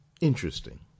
Interesting